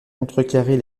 contrecarrer